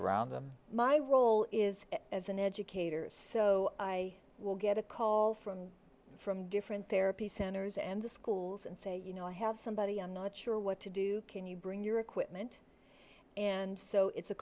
around them my role is as an educator so i will get a call from from different therapy centers and the schools and say you know i have somebody i'm not sure what to do can you bring your equipment and so it's a